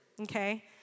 Okay